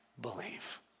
believe